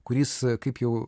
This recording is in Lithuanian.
kuris kaip jau